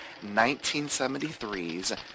1973's